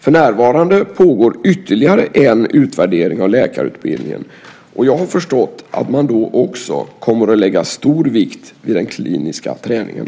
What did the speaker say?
För närvarande pågår ytterligare en utvärdering av läkarutbildningen, och jag har förstått att man då också kommer att lägga stor vikt vid den kliniska träningen.